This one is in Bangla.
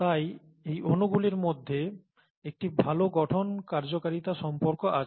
তাই এই অণুগুলির মধ্যে একটি ভাল গঠন কার্যকারিতা সম্পর্ক আছে